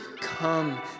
come